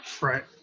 right